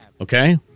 okay